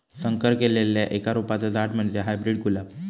संकर केल्लल्या एका रोपाचा झाड म्हणजे हायब्रीड गुलाब